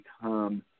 become